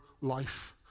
life